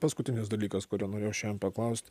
paskutinis dalykas kurio norėjau šian paklaust